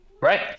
Right